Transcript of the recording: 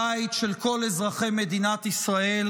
הבית של כל אזרחי מדינת ישראל.